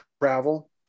travel